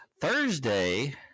Thursday